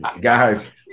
Guys